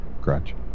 Crutch